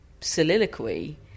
soliloquy